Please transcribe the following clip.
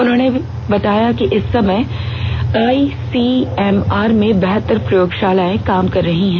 उन्होंने बताया कि इस समय आईसीएमआर में बहत्तर प्रयोगशालाएं काम कर रही है